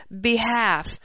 behalf